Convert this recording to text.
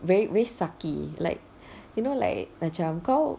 very sucky like you know like macam kau